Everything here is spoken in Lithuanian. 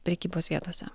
prekybos vietose